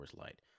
Light